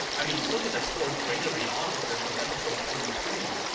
i mean, look at the poor granary officer from episode twenty three.